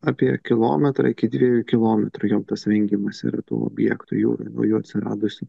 apie kilometrą iki dviejų kilometrų jom tas vengimas yra tų objektų jūroj naujų atsiradusių